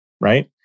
right